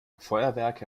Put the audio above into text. feuerwerke